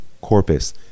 corpus